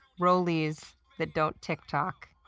rollies that don't tick tock,